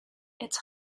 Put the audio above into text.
it’s